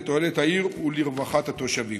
לתועלת העיר ולרווחת התושבים.